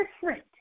different